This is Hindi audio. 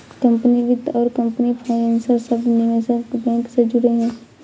कंपनी वित्त और कंपनी फाइनेंसर शब्द निवेश बैंक से जुड़े हैं